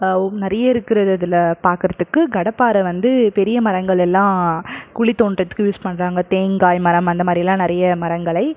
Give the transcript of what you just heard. நிறைய இருக்கிறது அதில் பார்க்கறத்துக்கு கடப்பாரை வந்து பெரிய மரங்கள் எல்லாம் குழி தோண்டுறத்துக்கு யூஸ் பண்ணுறாங்க தேங்காய் மரம் அந்த மாதிரில்லாம் நிறைய மரங்களை